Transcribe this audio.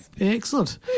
excellent